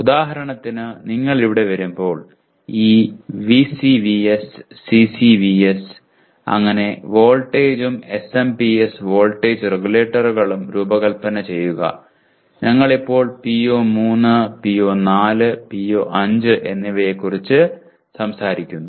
ഉദാഹരണത്തിന് നിങ്ങൾ ഇവിടെ വരുമ്പോൾ ഈ VCVS CCVS അങ്ങനെ വോൾട്ടേജും SMPS വോൾട്ടേജ് റെഗുലേറ്ററുകളും രൂപകൽപ്പന ചെയ്യുക ഞങ്ങൾ ഇപ്പോൾ PO3 PO4 PO5 എന്നിവയെക്കുറിച്ച് സംസാരിക്കുന്നു